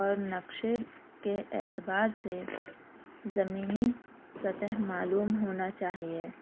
اور نقشے کے اعتبار سے زمینی سطح معلوم ہونا چاہیے